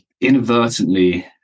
inadvertently